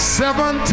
seven